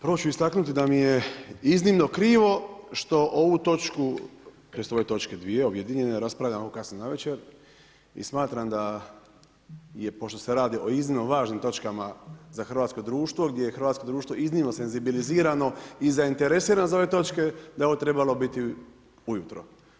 Prvo ću istaknuti da mi je iznimno krivo što ovu točku tj. ove točke dvije objedinjene raspravljamo kasno navečer i smatram da je pošto se radi o iznimno važnim točkama za hrvatsko društvo, gdje je hrvatsko društvo iznimno senzibilizirano i zainteresirano za ove točke, da je ovo trebalo biti ujutro.